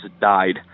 died